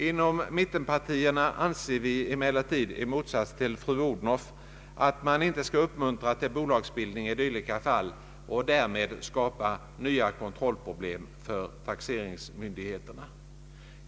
Inom mittenpartierna anser vi emellertid i motsats till fru Odhnoff att man inte skall uppmuntra till bolagsbildning i dylika fall och därmed skapa nya kontrollproblem för taxeringsmyndigheterna.